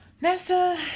Nesta